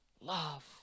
love